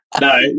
No